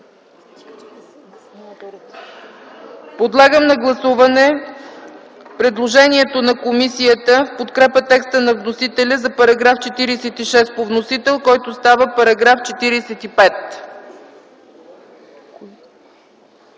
Подлагам на гласуване предложението на комисията в подкрепа текста на вносителя за § 55 по вносител, който става § 52.